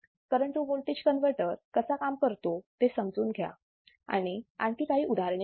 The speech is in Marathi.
करण टू व्होल्टेज कन्वर्टर कसा काम करतो ते समजून घ्या आणि आणखी काही उदाहरणे सोडवा